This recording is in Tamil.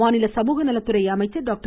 மாநில சமூகநலத்துறை அமைச்சர் டாக்டர்